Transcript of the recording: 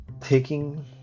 taking